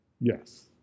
Yes